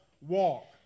walk